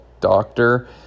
doctor